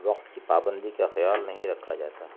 وقت کی پابندی کا خیال نہیں رکھا جاتا